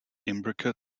imbricate